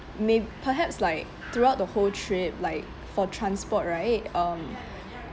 may~ perhaps like throughout the whole trip like for transport right um